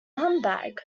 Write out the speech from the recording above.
humbug